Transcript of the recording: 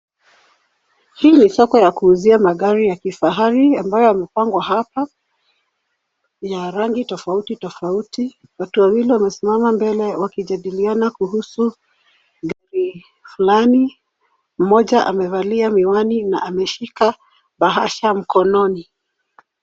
Hii ni soko ya kuuzia magari ya kifahari ambayo yamepangwa hapa ya rangi tofauti tofauti. Watu wawili wamesimama mbele wakijadiliana kuhusu gari fulani. Mmoja amevalia miwani na ameshika bahasha mkononi.